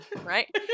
right